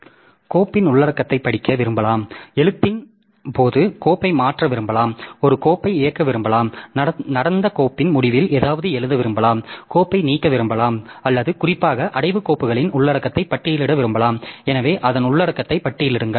கோப்பின் உள்ளடக்கத்தைப் படிக்க விரும்பலாம் எழுத்தின் போது கோப்பை மாற்ற விரும்பலாம் ஒரு கோப்பை இயக்க விரும்பலாம் நடந்த கோப்பின் முடிவில் ஏதாவது எழுத விரும்பலாம் கோப்பை நீக்க விரும்பலாம் அல்லது குறிப்பாக அடைவு கோப்புகளின் உள்ளடக்கத்தை பட்டியலிட விரும்பலாம் எனவே அதன் உள்ளடக்கத்தை பட்டியலிடுங்கள்